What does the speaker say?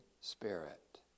spirit